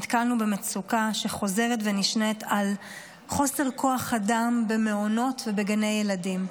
נתקלנו במצוקה חוזרת ונשנית על חוסר כוח אדם במעונות ובגני ילדים.